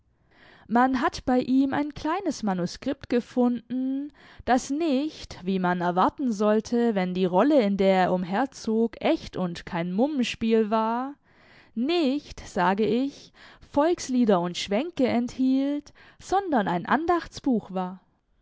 man hat bei ihm ein kleines manuskript gefunden das nicht wie man erwarten sollte wenn die rolle in der er umherzog echt und kein mummenspiel war nicht sage ich volkslieder und schwänke enthielt sondern ein andachtsbuch war